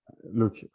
look